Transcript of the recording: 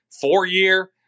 four-year